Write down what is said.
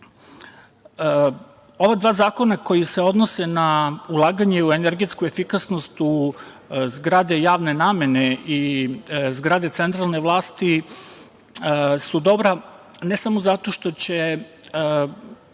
dva zakona koji se odnose na ulaganje u energetsku efikasnost u zgrade javne namene i zgrade centralne vlasti su dobra ne samo zato što će